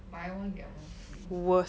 buy one get one free